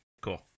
cool